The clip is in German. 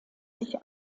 sich